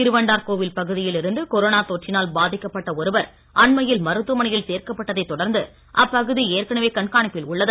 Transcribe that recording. திருவண்டார் கோவில் பகுதியில் இருந்து கொரோனா தொற்றினால் பாதிக்கப்பட்ட ஒருவர் அண்மையில் மருத்துவமனையில் சேர்க்கப்பட்டதைத் தொடர்ந்து அப்பகுதி ஏற்கனவே கண்காணிப்பில் உள்ளது